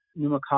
pneumococcal